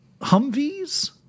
Humvees